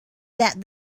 that